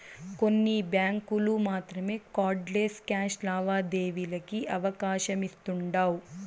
కొన్ని బ్యాంకులు మాత్రమే కార్డ్ లెస్ క్యాష్ లావాదేవీలకి అవకాశమిస్తుండాయ్